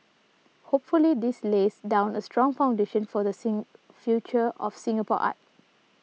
hopefully this lays down a strong foundation for the same future of Singapore art